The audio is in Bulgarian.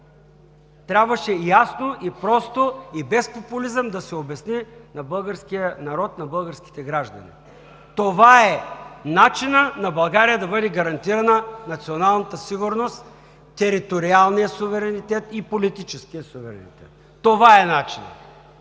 Трябваше ясно, просто и без популизъм да се обясни на българския народ, на българските граждани: това е начинът на България да бъде гарантирана националната сигурност, териториалния суверенитет и политическия суверенитет. Това е начинът!